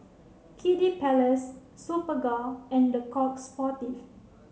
Kiddy Palace Superga and Le Coq Sportif